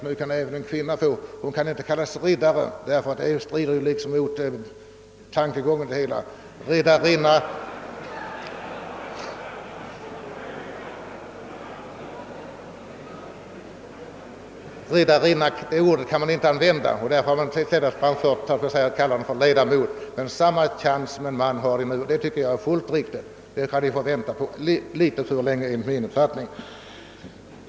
Nu kan även en kvinna få ordenstecken, men hon kan förstås inte kallas för riddare; det skulle liksom strida mot hela den bakomliggande tanken. Och man kan ju inte använda ordet riddarinna. Därför har man valt att i stället kalla vederbörande för ledamot. Men kvinnorna har nu precis samma chanser som männen att bli tilldelade ordnar, och det tycker jag är fullt riktigt. Det har de enligt min mening fått vänta på alltför länge.